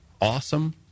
Awesome